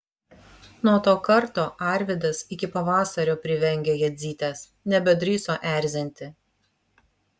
nuo to karto arvydas iki pavasario privengė jadzytės nebedrįso erzinti